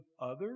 others